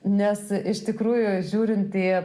nes iš tikrųjų žiūrint į